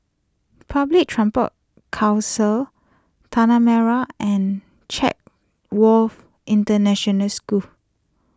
Public Transport Council Tanah Merah and Chatsworth International School